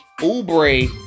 Oubre